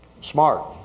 smart